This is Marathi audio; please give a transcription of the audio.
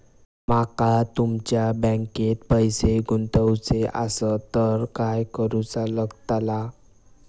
माका तुमच्या बँकेत पैसे गुंतवूचे आसत तर काय कारुचा लगतला?